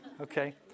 Okay